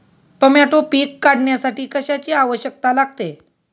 Tomato पीक काढण्यासाठी कशाची आवश्यकता लागते?